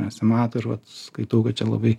nesimato ir vat skaitau kad čia labai